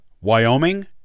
Wyoming